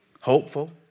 Hopeful